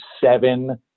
seven